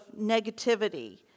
negativity